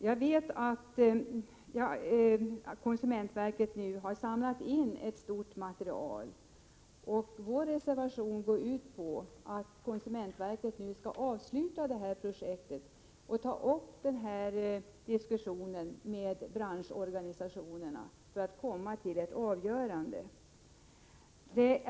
Jag vet att konsumentverket nu har samlat in ett stort material. Vår reservation går ut på att konsumentverket nu skall avsluta sitt projekt och ta upp diskussionen med branschorganisationerna för att komma till ett avgörande.